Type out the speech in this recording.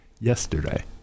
yesterday